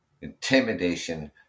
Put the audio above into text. intimidation